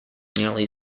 nearly